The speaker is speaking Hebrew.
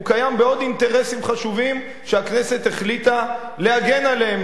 הוא קיים בעוד אינטרסים חשובים שהכנסת החליטה להגן עליהם.